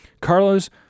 Carlos